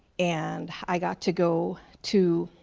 and i got to go to